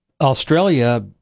Australia